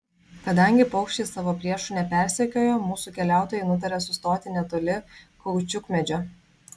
kadangi paukščiai savo priešų nepersekiojo mūsų keliautojai nutarė sustoti netoli kaučiukmedžio